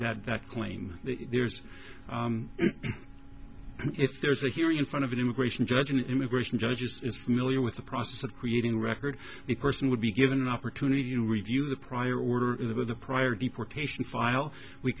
that that claim there's if there's a hearing in front of an immigration judge an immigration judge is familiar with the process of creating a record it person would be given an opportunity to review the prior order in the prior deportation file we